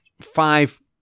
five